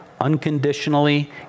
unconditionally